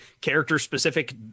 character-specific